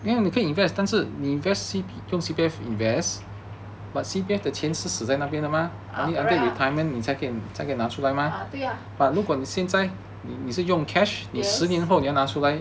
ah correct ah 对 lah